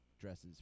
dresses